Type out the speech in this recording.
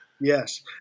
Yes